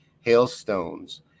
Hailstones